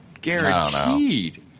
Guaranteed